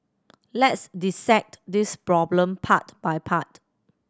let's dissect this problem part by part